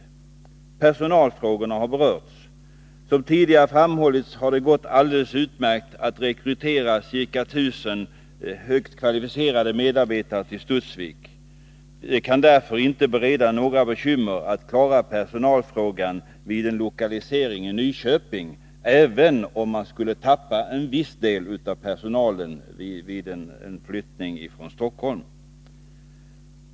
Även personalfrågorna har aktualiserats. Som tidigare framhållits har det gått alldeles utmärkt att rekrytera ca 1000 högt kvalificerade medarbetare till Studsvik. Det kan därför inte vara något problem att klara personalfrågan vid en lokalisering till Nyköping, även om man skulle tappa en viss del av personalen vid en flyttning från Stockholm.